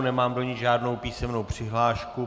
Nemám do ní žádnou písemnou přihlášku.